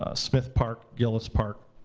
ah smith park, gillis park.